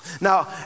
Now